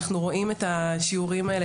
אנחנו רואים את השיעורים האלה,